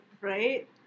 Right